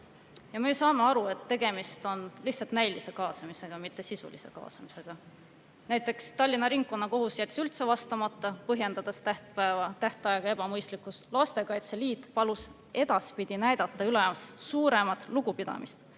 Me saame aru, et tegemist on lihtsalt näilise kaasamisega, mitte sisulise kaasamisega. Näiteks Tallinna Ringkonnakohus jättis üldse vastamata, põhjendades seda tähtaja ebamõistlikkusega. Lastekaitse Liit palus edaspidi näidata üles suuremat lugupidamist